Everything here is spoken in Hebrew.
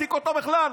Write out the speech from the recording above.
שמעסיק אותו בכלל.